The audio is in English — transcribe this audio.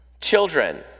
Children